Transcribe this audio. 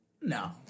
No